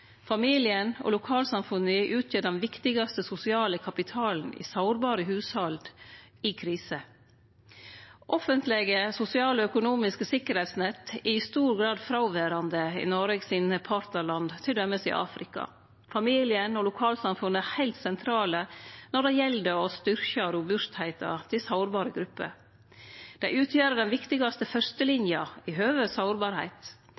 Familien og lokalsamfunna utgjer den viktigaste sosiale kapitalen i sårbare hushald i krise. Offentlege sosiale og økonomiske tryggleiksnett er i stor grad fråverande i Noregs partnarland t.d. i Afrika. Familien og lokalsamfunnet er heilt sentrale når det gjeld å styrkje robustheita til sårbare grupper. Dei utgjer den viktigaste fyrstelina med tanke på sårbarheit.